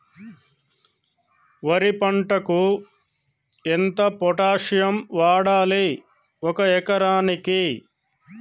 వరి పంటకు ఎంత పొటాషియం వాడాలి ఒక ఎకరానికి?